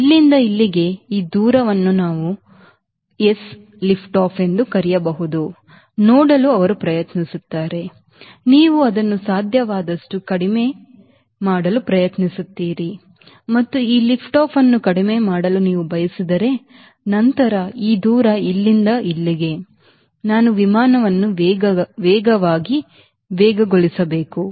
ಇಲ್ಲಿಂದ ಇಲ್ಲಿಗೆ ಈ ದೂರವನ್ನು ನಾವು ಅದನ್ನು s ಲಿಫ್ಟ್ ಆಫ್ ಎಂದು ಕರೆಯಬಹುದೆಂದು ನೋಡಲು ಅವರು ಪ್ರಯತ್ನಿಸುತ್ತಾರೆ ನೀವು ಅದನ್ನು ಸಾಧ್ಯವಾದಷ್ಟು ಕಡಿಮೆ ಮಾಡಲು ಪ್ರಯತ್ನಿಸುತ್ತೀರಿ ಮತ್ತು ಈ ಲಿಫ್ಟ್ ಅನ್ನು ಕಡಿಮೆ ಮಾಡಲು ನೀವು ಬಯಸಿದರೆ ನಂತರ ಈ ದೂರ ಇಲ್ಲಿಂದ ಇಲ್ಲಿಗೆ ನಾನು ವಿಮಾನವನ್ನು ವೇಗವಾಗಿ ವೇಗಗೊಳಿಸಬೇಕು